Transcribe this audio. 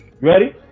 ready